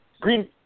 Green